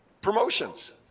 promotions